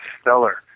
stellar